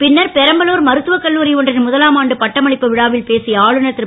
பின்னர் பெரம்பலூர் மருத்துவகல்லூரி ஒன்றின் முதலாமாண்டு பட்டமளிப்பு விழாவில் பேசிய ஆளுநர் ரு